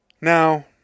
Now